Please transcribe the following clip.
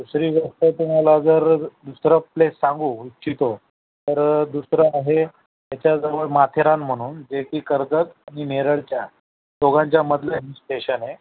दुसरी गोष्ट तुम्हाला जर दुसरं प्लेस सांगू इच्छितो तर दुसरं आहे त्याच्याजवळ माथेरान म्हणून जे की कर्जत आणि नेरळच्या दोघांच्या मधलं हिल स्टेशन आहे